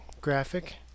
graphic